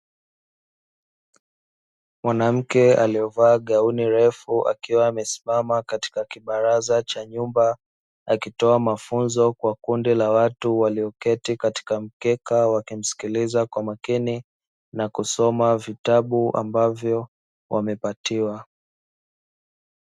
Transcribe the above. Mwanamke aliyevaa gauni refu akiwa amesimama katika kibaraza cha nyumba, akitoa mafunzo kwa kundi la watu walioketi katika mkeka wakimsikiliza kwa makini na kusoma vitabu ambavyo wamepatiwa.